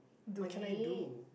what can I do